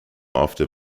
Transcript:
after